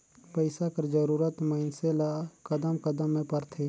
पइसा कर जरूरत मइनसे ल कदम कदम में परथे